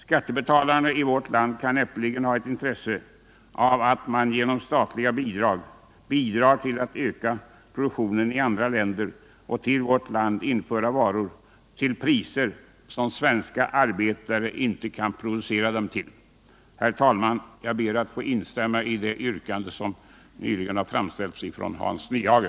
Skattebetalarna i vårt land kan näppeligen ha intresse av att man genom statliga bidrag ökar produktionen i andra länder och till vårt land inför varor till priser som svenska arbetare inte kan producera dem till. Herr talman! Jag ber få instämma i det yrkande som nyligen framställts av Hans Nyhage.